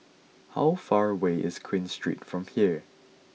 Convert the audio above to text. how far away is Queen Street from here